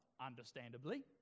Understandably